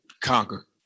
Conquer